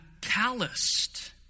calloused